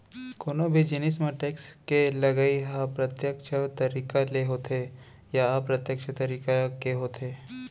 कोनो भी जिनिस म टेक्स के लगई ह प्रत्यक्छ तरीका ले होथे या अप्रत्यक्छ तरीका के होथे